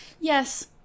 Yes